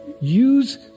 Use